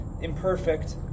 imperfect